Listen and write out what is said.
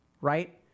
Right